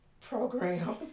program